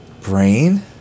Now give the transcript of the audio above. brain